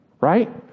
Right